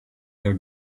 your